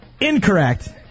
incorrect